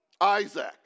Isaac